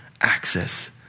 access